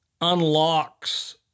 unlocks